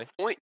point